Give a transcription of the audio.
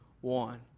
one